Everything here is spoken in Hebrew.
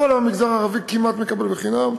כל המגזר הערבי כמעט מקבל בחינם.